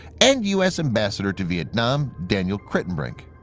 and u s. ambassador to vietnam daniel kritenbrink.